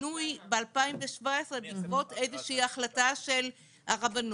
שינוי מ-2017 בעקבות איזושהי החלטה של הרבנות.